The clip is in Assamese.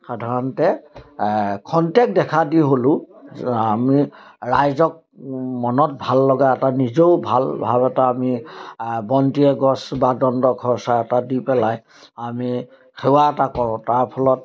সাধাৰণতে খন্তেক দেখা দি হ'লেও আমি ৰাইজক মনত ভাল লগা এটা নিজেও ভাল ভাৱ এটা আমি বন্তি গছ বা দণ্ড খৰচা এটা দি পেলাই আমি সেৱা এটা কৰোঁ তাৰ ফলত